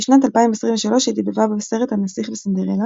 בשנת 2023 היא דיבבה בסרט "הנסיך וסינדרלה".